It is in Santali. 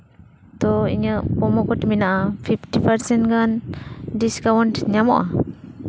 ᱛᱚ ᱤᱧᱟᱹᱜ ᱯᱨᱳᱢᱳ ᱠᱳᱰ ᱢᱮᱱᱟᱜᱼᱟ ᱯᱷᱤᱯᱴᱤ ᱯᱟᱨᱥᱮᱱᱴ ᱜᱟᱱ ᱰᱤᱥᱠᱟᱣᱩᱱᱴ ᱧᱟᱢᱚᱜᱼᱟ